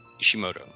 ishimoto